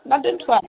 ना दोनथ'आ